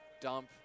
dump